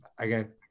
Again